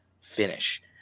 finish